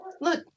look